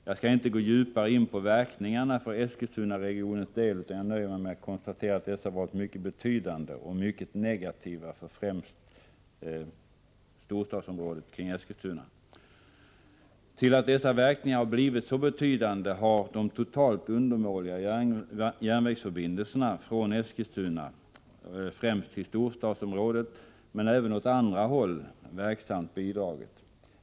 Jag skall inte gå djupare in på verkningarna för Eskilstunaregionens del, utan jag nöjer mig med att konstatera att dessa varit mycket betydande och mycket negativa för främst områdena kring Eskilstuna. Till att dessa verkningar har blivit så betydande har de totalt undermåliga järnvägsförbindelserna från Eskilstuna — främst till storstadsområdet, men även åt andra håll — verksamt bidragit.